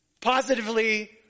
positively